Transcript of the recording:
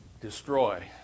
destroy